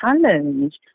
challenge